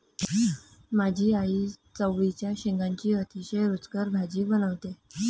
माझी आई चवळीच्या शेंगांची अतिशय रुचकर भाजी बनवते